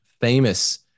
famous